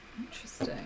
Interesting